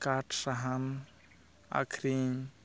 ᱠᱟᱴᱥᱟᱦᱟᱱ ᱟᱹᱠᱷᱨᱤᱧ